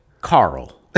Carl